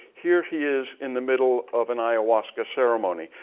here he is in the middle of an ayahuasca ceremony.